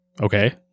Okay